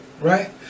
Right